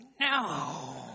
no